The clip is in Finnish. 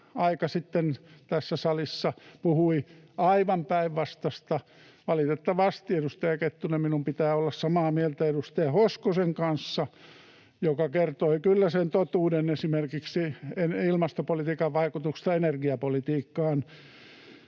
aika sitten tässä salissa puhui aivan päinvastaista. — Valitettavasti, edustaja Kettunen, minun pitää olla samaa mieltä edustaja Hoskosen kanssa, joka kertoi kyllä sen totuuden esimerkiksi ilmastopolitiikan vaikutuksista energiapolitiikkaan.